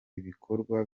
ibikorwa